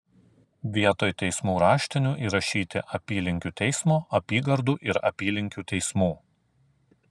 vietoj teismų raštinių įrašyti apylinkių teismo apygardų ir apylinkių teismų